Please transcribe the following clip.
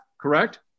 Correct